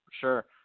sure